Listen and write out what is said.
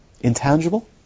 Intangible